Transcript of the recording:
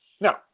Now